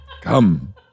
come